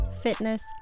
fitness